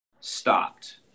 stopped